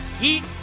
Heat